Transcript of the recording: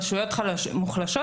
רשויות מוחלשות,